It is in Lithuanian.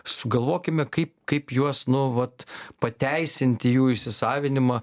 sugalvokime kaip kaip juos nu vat pateisinti jų įsisavinimą